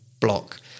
block